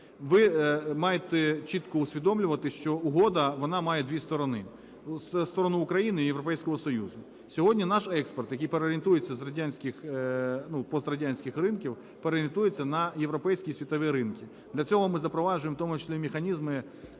Ви маєте чітко усвідомлювати, що угода, вона має дві сторони: сторону України і Європейського Союзу. Сьогодні наш експорт, який переорієнтується з радянських, ну, пострадянських ринків, переорієнтується на європейські і світові ринки. Для того ми запроваджуємо механізми